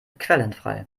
quellenfrei